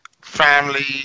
family